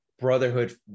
brotherhood